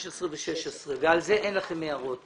15 ו-16 ועל זה אין לכם הערות.